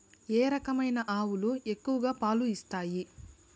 ఏ రకమైన ఆవులు ఎక్కువగా పాలు ఇస్తాయి?